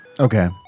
Okay